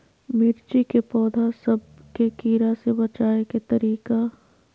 मिर्ची के पौधा सब के कीड़ा से बचाय के तरीका?